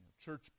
Church